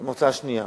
וזו המועצה השנייה.